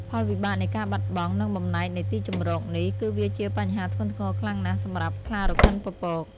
ផលវិបាកនៃការបាត់បង់ និងបំណែកនៃទីជម្រកនេះ គឺវាជាបញ្ហាធ្ងន់ធ្ងរខ្លាំងណាស់សម្រាប់ខ្លារខិនពពក។